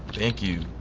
thank you.